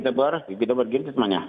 dabar jeigu dabar girdite mane